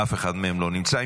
אף אחד מהם לא נמצא.